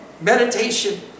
meditation